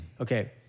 Okay